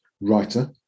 writer